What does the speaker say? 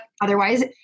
otherwise